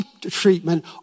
treatment